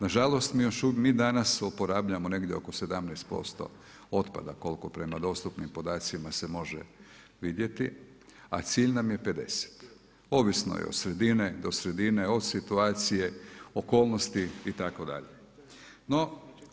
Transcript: Nažalost mi danas oporabljamo negdje oko 17% otpada koliko prema dostupnim podacima se može vidjeti a cilj nam je 50, ovisno je od sredine do sredine, od situacije, okolnosti i tako dalje.